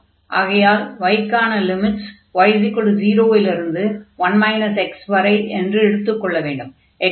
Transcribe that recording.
ஆகையால் y க்கான limits y 0 இலிருந்து 1 x வரை என்று எடுத்துக் கொள்ள வேண்டும்